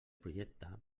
projecte